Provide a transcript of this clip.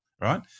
right